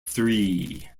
three